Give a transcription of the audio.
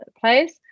place